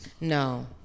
No